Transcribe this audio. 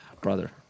Brother